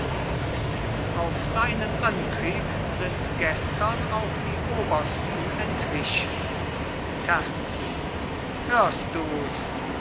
auf seinen antrieb sind gestern auch die obersten entwichen terzky hörst dus